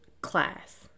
class